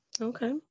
Okay